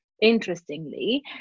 interestingly